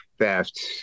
theft